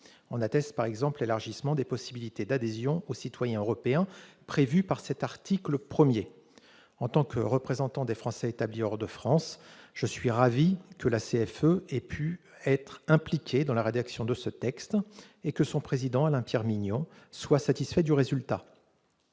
En atteste, par exemple, l'élargissement des possibilités d'adhésion aux citoyens européens, prévu par l'article 1. En tant que représentant des Français établis hors de France, je suis ravi que la CFE ait pu être impliquée dans la rédaction de ce texte et que son président, Alain-Pierre Mignon, soit satisfait du résultat.